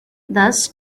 thus